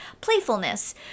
playfulness